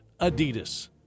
Adidas